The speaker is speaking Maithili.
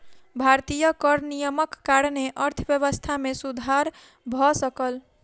भारतीय कर नियमक कारणेँ अर्थव्यवस्था मे सुधर भ सकल